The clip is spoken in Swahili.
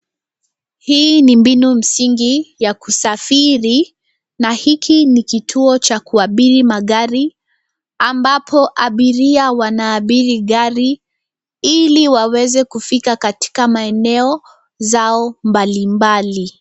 Hii ni mbinu msingi ya kusafiri na hiki ni kituo cha kuabiri magari ambapo abiria wanaabiri gari ili waweze kufika katika maeneo zao mbalimbali.